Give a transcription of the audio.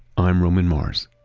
i'm roman mars